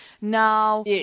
Now